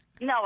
No